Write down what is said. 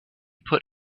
put